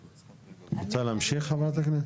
רוצה להמשיך חברת הכנסת?